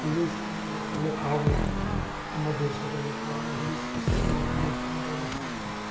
ಹಳ್ಳಿ ಸ್ಕೂಲ್ಗಳು ಡೆವ್ಲಪ್ ಆಬೇಕು ನಮ್ಮ ದೇಶ ಡೆವ್ಲಪ್ ಆವಾಗದು ಹಳ್ಳಿ ಸ್ಕೂಲ್ಗಳು ಡೆವ್ಲಪ್ ಹಳ್ಳಿ ಜನ ಡೆವ್ಲಪ್ ಆಬೇಕು